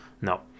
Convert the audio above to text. no